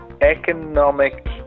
economic